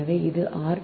எனவே இது ஆர்